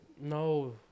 No